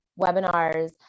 webinars